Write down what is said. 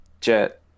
Jet